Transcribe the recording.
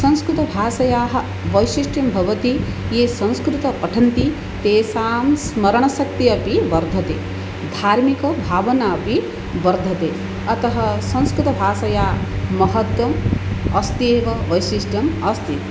संस्कृतभाषायाः वैशिष्ट्यं भवति ये संस्कृतं पठन्ति तेषां स्मरणशक्तिः अपि वर्धते धार्मिकभावना अपि वर्धते अतः संस्कृतभाषायाः महत्त्वम् अस्ति एव वैशिष्ट्यम् अस्ति